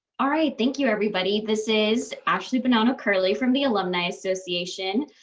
alright, thank you everybody. this is actually banana curly from the alumni association.